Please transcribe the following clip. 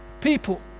people